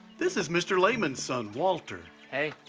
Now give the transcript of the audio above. this is mr. lehman's son, walter. hey.